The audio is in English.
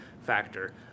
factor